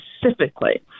specifically